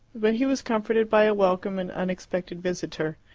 but he was comforted by a welcome and unexpected visitor.